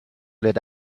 lit